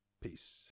peace